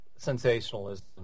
Sensationalism